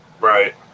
Right